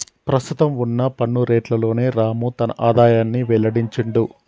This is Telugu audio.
ప్రస్తుతం వున్న పన్ను రేట్లలోనే రాము తన ఆదాయాన్ని వెల్లడించిండు